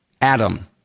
Adam